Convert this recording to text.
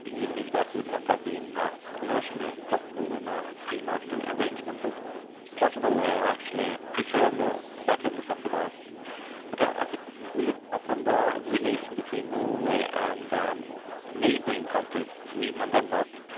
but even if that would not have been commercially impossible in a free market and arrangement. so parts of norway are actually preserved or quite heavily subsidised. but i think if we look upon the relation between norway and neighbouring countries, sweden and denmark,